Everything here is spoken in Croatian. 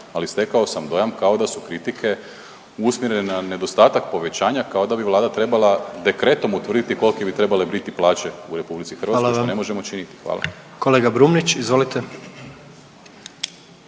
Ali stekao sam dojam kao da su kritike usmjerene na nedostatak povećanja kao da bi Vlada trebala dekretom utvrditi kolike bi trebale biti plaće u Republici Hrvatskoj. … /Upadica predsjednik: Hvala vam./… Ne